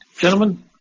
Gentlemen